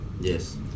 Yes